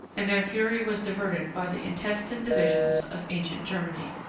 and their fury was diverted by the intestine divisions of ancient germany.